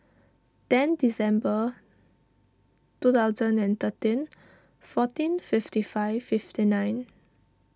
ten December two thousand and thirteen fourteen fifty five fifty nine